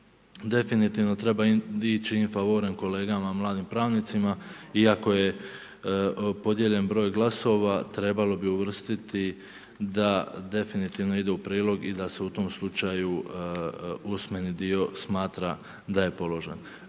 definitivno, treba ići in favore, kolegama mladim pravnicima, iako je podijeljen broj glasova, trebalo bi uvrstiti, da definitivno ide u prilog i da se u tom slučaju usmeni dio smatra da je položen.